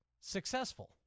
successful